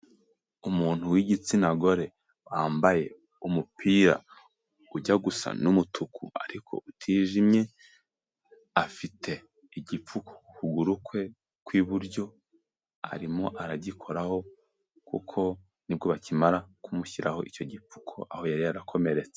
Umuntu w'igitsina gore, wambaye umupira ujya gusa n'umutuku ariko utijimye, afite igipfu ku kuguru kwe kw'iburyo, arimo aragikoraho, kuko nibwo bakimara kumushyiraho icyo gipfuko aho yari yarakomeretse.